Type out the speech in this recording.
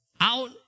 out